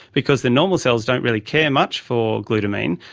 because the normal cells don't really care much for glutamine,